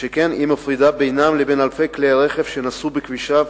שכן היא מפרידה בינם לבין אלפי כלי הרכב שנסעו בכבישיו